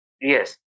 Yes